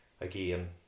again